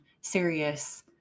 serious